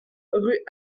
rue